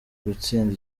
gutsinda